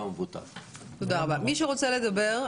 מי שרוצה לדבר,